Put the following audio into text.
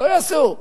לא יעשו.